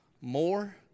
More